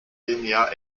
linear